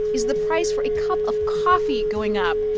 is the price for a cup of coffee going up?